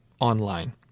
online